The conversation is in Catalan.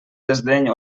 desdeny